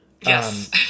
yes